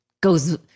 goes